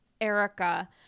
Erica